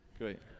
great